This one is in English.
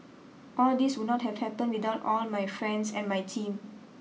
all this would not have happened without all my friends and my team